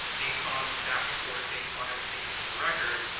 based on the staff report, based on everything that's in the record,